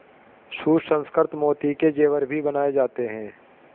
सुसंस्कृत मोती के जेवर भी बनाए जाते हैं